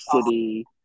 City